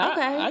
Okay